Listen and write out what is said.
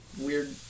weird